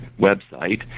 website